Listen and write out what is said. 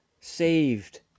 saved